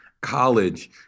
college